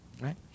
Right